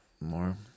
more